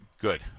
Good